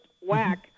whack